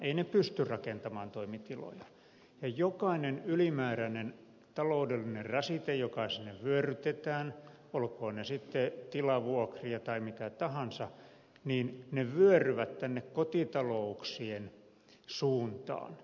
eivät ne pysty rakentamaan toimitiloja ja jokainen ylimääräinen taloudellinen rasite joka sinne vyörytetään olkoon sitten tilavuokria tai mitä tahansa vyöryy kotitalouksien suuntaan